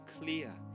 clear